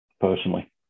personally